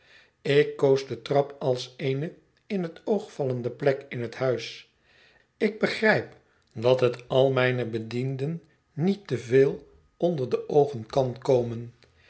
ik koos de trap als eene in het oog vallende plek in het huis ik begrijp dat het al mijne bedienden niet te veel onder de oogen kan komen